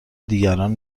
دیگران